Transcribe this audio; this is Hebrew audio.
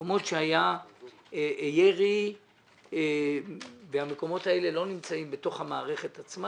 מקומות שהיה ירי והמקומות האלה לא נמצאים בתוך המערכת עצמה,